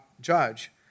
judge